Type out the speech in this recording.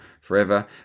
forever